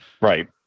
Right